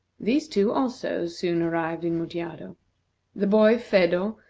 these two, also, soon arrived in mutjado the boy, phedo,